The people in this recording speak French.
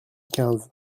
quinze